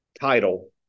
title